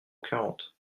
quarante